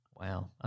Wow